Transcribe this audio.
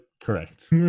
correct